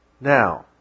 now